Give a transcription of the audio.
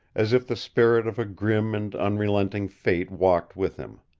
as if the spirit of a grim and unrelenting fate walked with him.